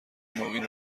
نوین